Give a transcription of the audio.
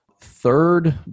third